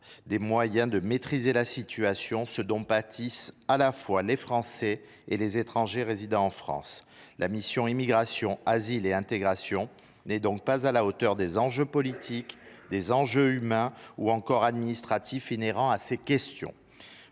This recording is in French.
des moyens de maîtriser la situation, ce dont pâtissent à la fois les Français et les étrangers résidant en France. La mission « Immigration, asile et intégration », telle qu’elle nous est soumise, n’est donc pas à la hauteur des enjeux politiques, humains ou encore administratifs inhérents à ces questions.